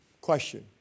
Question